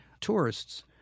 tourists